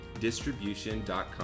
Distribution.com